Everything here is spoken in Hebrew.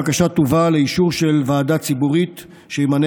הבקשה תובא לאישור של ועדה ציבורית שימנה